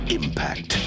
impact